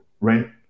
rent